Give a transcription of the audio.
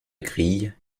grille